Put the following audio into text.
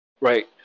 right